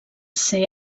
ser